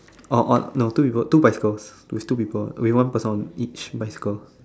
oh on no two people two bicycle with two people with one person on each bicycle